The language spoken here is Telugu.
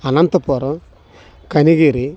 అనంతపురం కనిగిరి